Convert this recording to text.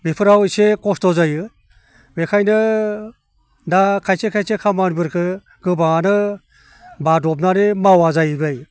बेफोराव एसे खस्थ' जायो बेखायनो दा खायसे खायसे खामानिफोरखौ गोबाङानो बादबनानै मावा जाहैबाय